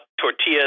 tortillas